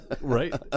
Right